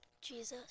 Jesus